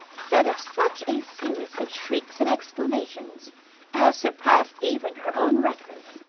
set up such a series of shrieks and exclamations as surpassed even her own record.